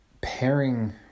pairing